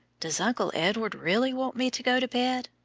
does uncle edward really want me to go to bed?